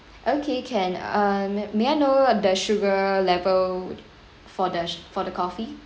okay can um may may I know the sugar level for the for the coffee